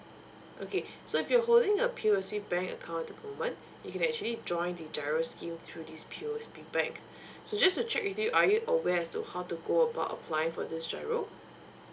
okay so if you're holding a P_O_S_B bank account at the moment you can actually join the GIRO scheme through this P_O_S_B bank so just to check with you are you aware as to how to go about applying for this GIRO